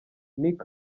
nick